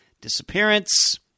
disappearance